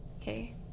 Okay